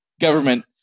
government-